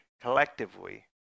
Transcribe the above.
collectively